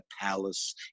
palace